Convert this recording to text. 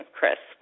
Chris